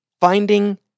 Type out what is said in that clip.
Finding